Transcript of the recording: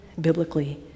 biblically